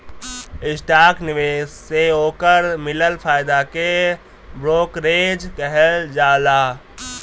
stock निवेश से ओकर मिलल फायदा के ब्रोकरेज कहल जाला